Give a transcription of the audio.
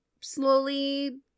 slowly